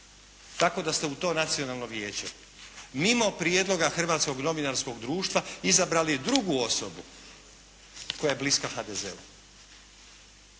Tako da ste u to nacionalno vijeće mimo prijedloga Hrvatskog novinarskog društva izabrali drugu osobu koja je bliska HDZ-u.